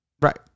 Right